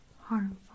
harmful